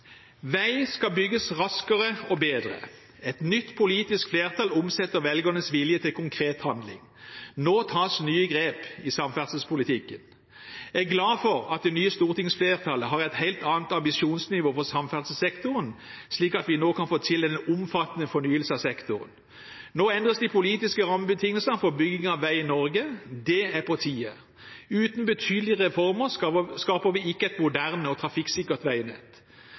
Vei skal bygges raskere og bedre. Et nytt politisk flertall omsetter velgernes vilje til konkret handling. Nå tas nye grep i samferdselspolitikken. Jeg er glad for at det nye stortingsflertallet har et helt annet ambisjonsnivå for samferdselssektoren, slik at vi nå kan få til en omfattende fornyelse av sektoren. Nå endres de politiske rammebetingelsene for bygging av vei i Norge. Det er på tide. Uten betydelige reformer skaper vi ikke et moderne og trafikksikkert veinett.